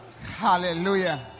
Hallelujah